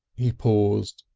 he paused,